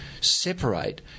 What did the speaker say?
separate